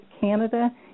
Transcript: Canada